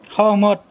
সহমত